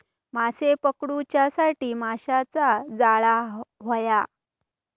माशे पकडूच्यासाठी माशाचा जाळां होया